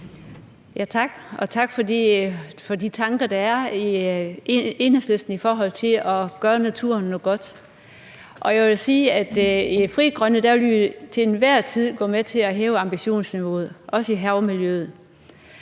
tak for de tanker, der er hos Enhedslisten i forhold til at gøre naturen noget godt. Jeg vil sige, at vi i Frie Grønne til enhver tid vil gå med til at hæve ambitionsniveauet, også for havmiljøet.